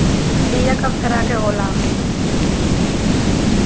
बीया कव तरह क होला?